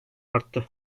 arttı